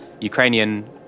Ukrainian